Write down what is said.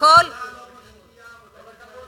לא משקיעה ולא עושה